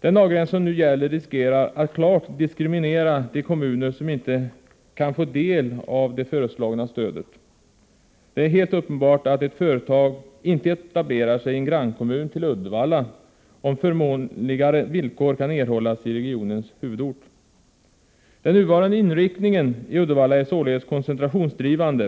Den avgränsning som nu gäller riskerar att klart diskriminera de kommuner som inte kan få del av det föreslagna stödet. Det är helt uppenbart att ett företag inte etablerar sig i en grannkommun till Uddevalla om förmånligare villkor kan erhållas i regionens huvudort. Den nuvarande inriktningen i Uddevalla är således koncentrationsdrivande.